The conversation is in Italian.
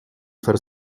far